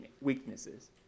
weaknesses